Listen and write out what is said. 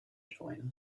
join